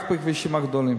רק בכבישים הגדולים.